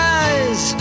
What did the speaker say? eyes